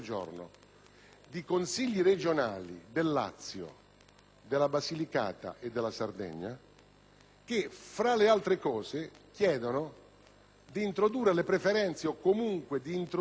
che, fra le altre cose, chiedono di introdurre le preferenze o comunque di introdurre una possibilità di scelta dei rappresentanti parlamentari